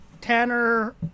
Tanner